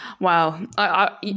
Wow